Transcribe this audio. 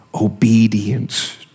obedience